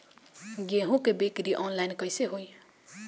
गेहूं के बिक्री आनलाइन कइसे होई?